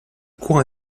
cour